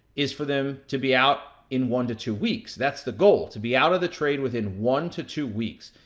is for them to be out in one to two weeks. that's the goal. to be out of the trade within one to two weeks.